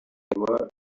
were